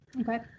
Okay